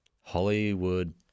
Hollywood